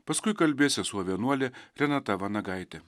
paskui kalbės sesuo vienuolė renata vanagaitė